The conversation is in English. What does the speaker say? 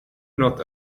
not